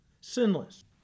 sinless